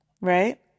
right